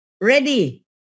ready